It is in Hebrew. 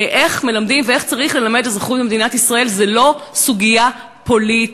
איך מלמדים ואיך צריך ללמד אזרחות במדינת ישראל זו לא סוגיה פוליטית.